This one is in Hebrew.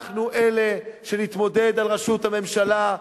אנחנו אלה שנתמודד על ראשות הממשלה.